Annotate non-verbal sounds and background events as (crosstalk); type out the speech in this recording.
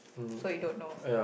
so you don't know (noise)